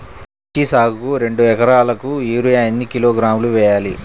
మిర్చి సాగుకు రెండు ఏకరాలకు యూరియా ఏన్ని కిలోగ్రాములు వేయాలి?